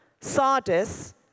Sardis